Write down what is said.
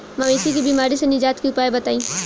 मवेशी के बिमारी से निजात के उपाय बताई?